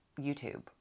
YouTube